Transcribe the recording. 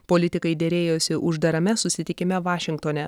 politikai derėjosi uždarame susitikime vašingtone